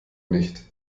nicht